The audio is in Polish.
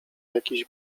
jakiś